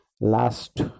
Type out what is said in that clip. last